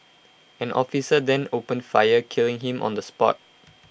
an officer then opened fire killing him on the spot